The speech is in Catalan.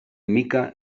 mica